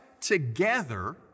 together